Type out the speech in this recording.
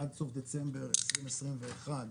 עד סוף דצמבר 2021,